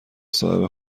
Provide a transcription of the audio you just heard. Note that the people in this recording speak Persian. صاحب